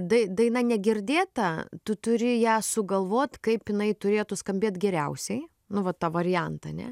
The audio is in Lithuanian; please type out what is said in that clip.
dai daina negirdėta tu turi ją sugalvot kaip jinai turėtų skambėt geriausiai nu va tą variantą ne